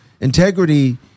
Integrity